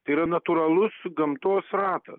tai yra natūralus gamtos ratas